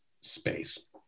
space